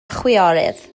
chwiorydd